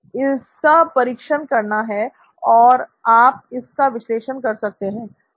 इसका परीक्षण करना है और आप इसका विश्लेषण कर सकते हैं